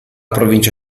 provincia